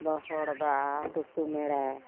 ᱵᱚᱦᱚᱲᱫᱟ ᱴᱩᱥᱩᱢᱮᱞᱟ